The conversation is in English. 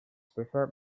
prefer